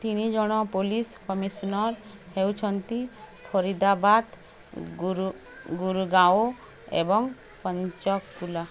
ତିନିଜଣ police commissioner ହେଉଛନ୍ତି ଫରିଦାବାଦ ଗୁରୁଗାଓଁ ଏବଂ ପଞ୍ଚକୁଲା